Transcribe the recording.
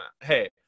hey